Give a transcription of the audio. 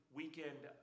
weekend